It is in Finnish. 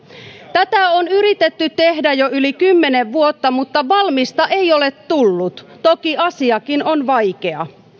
tätä on yritetty tehdä jo yli kymmenen vuotta mutta valmista ei ole tullut toki asiakin on vaikea